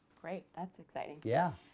great. that's exciting. yeah.